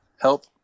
help